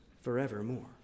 forevermore